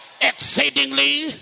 Exceedingly